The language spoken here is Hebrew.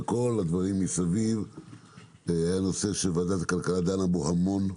וכל הדברים מסביב היה נושא שוועדת הכלכלה דנה בו המון.